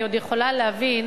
אני עוד יכולה להבין